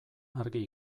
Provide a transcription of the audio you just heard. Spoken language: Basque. argi